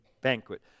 banquet